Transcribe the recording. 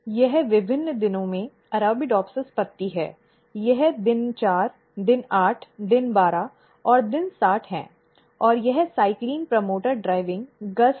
यह विभिन्न दिनों में Arabidopsis पत्ती है यह दिन 4 दिन 8 दिन 12 और दिन 60 है और यह CYCLIN प्रमोटर ड्राइविंग GUS है